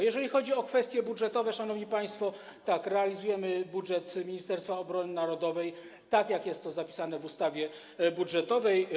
Jeżeli chodzi o kwestie budżetowe, szanowni państwo, to tak realizujemy budżet Ministerstwa Obrony Narodowej, jak jest to zapisane w ustawie budżetowej.